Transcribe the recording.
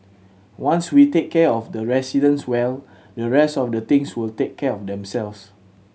once we take care of the residents well the rest of the things will take care of themselves